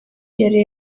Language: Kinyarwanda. y’imari